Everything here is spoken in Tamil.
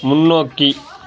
முன்னோக்கி